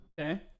Okay